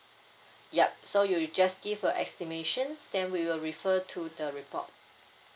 yup so you just give a estimations then we will refer to the report